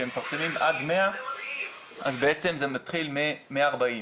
כשהם מפרסמים עד 100 אז זה מתחיל מ-40,